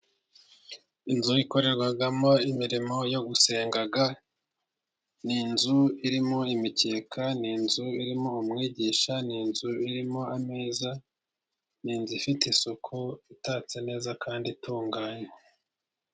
Inzu inzu ikorerwamo imirimo yo gusenga. N inzu irimo imikeka, ni inzu irimo umwigisha, ni inzu irimo ameza, ni inzu ifite isuku itatse neza kandi itunganye.